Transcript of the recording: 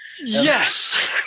Yes